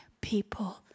people